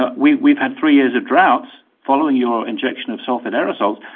but we've we've had three years of drought following your injection of sulphate aerosols,